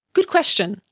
good question.